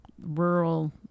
rural